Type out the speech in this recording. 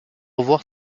revoir